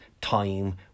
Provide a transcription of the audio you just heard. time